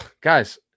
guys